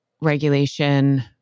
regulation